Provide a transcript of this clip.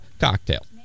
cocktail